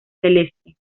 celeste